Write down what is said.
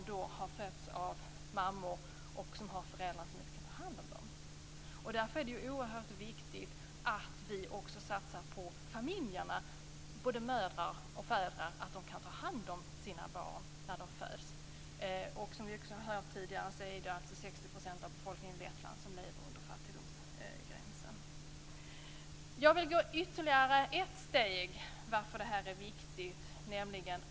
Det var barn som hade föräldrar som inte kunde ta hand om dem. Därför är det oerhört viktigt att vi också satsar på familjerna, både mödrar och fäder, så att de kan ta hand om sina barn när de föds. Som vi hört tidigare lever 60 % av befolkningen i Lettland under fattigdomsgränsen. Jag vill gå ytterligare ett steg när det gäller varför detta är viktigt.